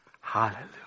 Hallelujah